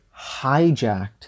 hijacked